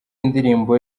indirimbo